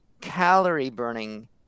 calorie-burning